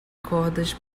cordas